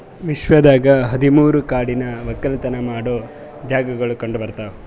ವಿಶ್ವದಾಗ್ ಹದಿ ಮೂರು ಕಾಡಿನ ಒಕ್ಕಲತನ ಮಾಡೋ ಜಾಗಾಗೊಳ್ ಕಂಡ ಬರ್ತಾವ್